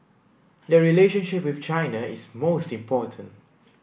the relationship with China is most important